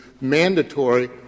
mandatory